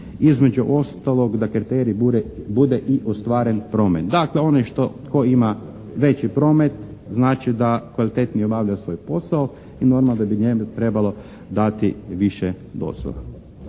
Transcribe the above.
između ostalog da kriterij bude i ostvaren promet. Dakle, onaj tko ima veći problem znači da kvalitetnije obavlja svoj posao i normalno da bi njemu trebalo dati više dozvola.